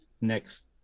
next